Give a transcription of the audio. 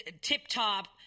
tip-top